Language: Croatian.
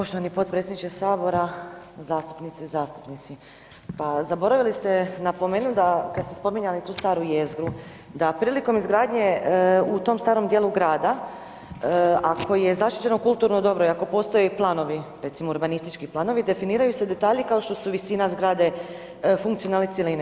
Poštovani potpredsjedniče sabora, zastupnice i zastupnici, pa zaboravili ste napomenuti da kad ste spominjali tu staru jezgru da prilikom izgradnje u tom starom dijelu gradu ako je zaštićeno kulturno dobro i ako postoje planovi recimo urbanistički planovi definiraju se detalji kao što su visina zgrade, funkcionalne cjeline.